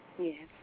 Yes